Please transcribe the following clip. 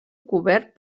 cobert